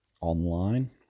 online